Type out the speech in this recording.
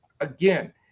Again